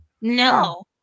No